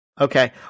Okay